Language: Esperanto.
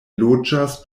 loĝas